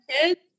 kids